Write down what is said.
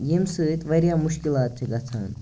ییٚمہِ سۭتۍ واریاہ مُشکِلات چھِ گَژھان